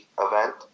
event